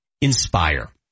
Inspire